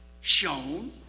shown